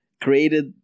created